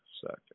second